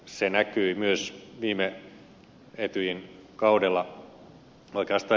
se näkyi myös etyjin viime kaudella